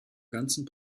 ganzen